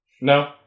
No